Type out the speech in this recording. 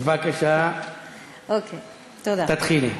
בבקשה, תתחילי.